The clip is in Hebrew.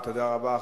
תודה רבה.